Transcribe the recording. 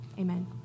Amen